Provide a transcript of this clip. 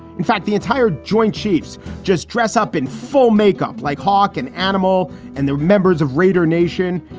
in fact, the entire joint chiefs just dress up in full makeup like hawk an animal, and they're members of raider nation.